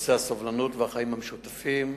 בנושא הסובלנות והחיים המשותפים,